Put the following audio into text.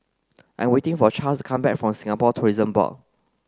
I'm waiting for Charles come back from Singapore Tourism Board